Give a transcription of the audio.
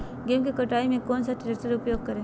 गेंहू की कटाई में कौन सा ट्रैक्टर का प्रयोग करें?